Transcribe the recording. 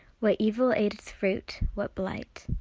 what evil ate its root, what blight,